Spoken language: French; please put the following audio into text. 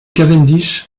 cavendish